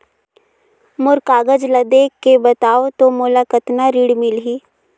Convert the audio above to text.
मोर कागज ला देखके बताव तो मोला कतना ऋण मिलही?